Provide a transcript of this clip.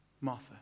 Martha